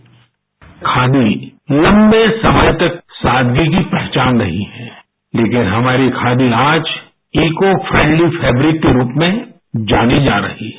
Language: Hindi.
साउंड बाईट खादी लम्बे समय तक सादगी की पहचानरही है लेकिन हमारी खादी आज इकोफ्रेंडली फैब्रिक के रूप में जानी जा रही है